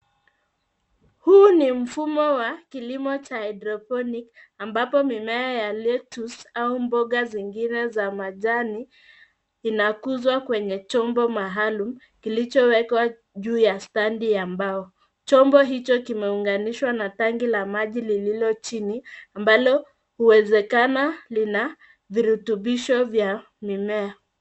Huu ni mfumo wa kilimo cha hydroponic , ambapo mimea ya lettuce au mboga zingine za majani inakuzwa kwenye chombo maalum kilichowekwa juu ya standi ya mbao. Chombo hicho kimeunganishwa na tangi la maji lililo chini, ambalo huezekana lina virutubisho vya mimea.